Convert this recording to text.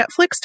Netflix